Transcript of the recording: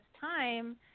time